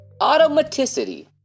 Automaticity